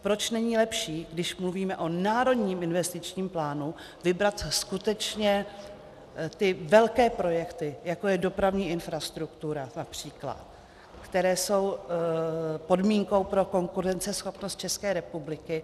Proč není lepší, když mluvíme o národním investičním plánu, vybrat skutečně ty velké projekty, jako je dopravní infrastruktura například, které jsou podmínkou pro konkurenceschopnost České republiky?